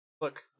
Look